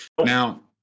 Now